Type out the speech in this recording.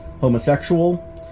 homosexual